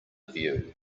view